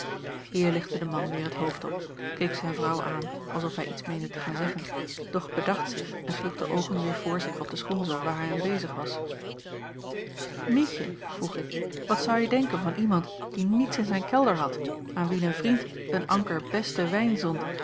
lichtte de man weêr het hoofd op keek zijn vrouw aan als of hij iets meende te gaan zeggen doch bedacht zich en sloeg de oogen weêr voor zich op den schoenzool waar hij aan bezig was mietje vroeg ik wat zouje denken van iemand die niets in zijn kelder had aan wien een vriend een anker besten wijn zond